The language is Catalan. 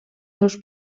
seus